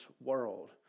world